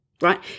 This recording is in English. right